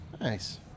Nice